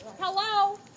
Hello